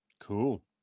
Cool